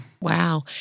Wow